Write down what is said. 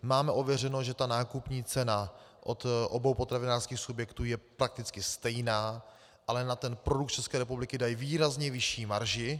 Máme ověřeno, že nákupní cena od obou potravinářských subjektů je prakticky stejná, ale na produkt z České republiky dají výrazně vyšší marži.